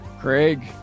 Craig